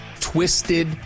twisted